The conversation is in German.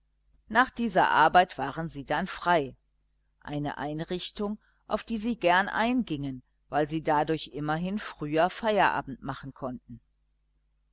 nach dieser arbeit waren sie dann frei eine einrichtung auf die sie gern eingingen weil sie dadurch immerhin früher feierabend machen konnten